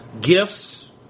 Gifts